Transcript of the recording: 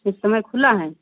इस समय खुला है